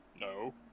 No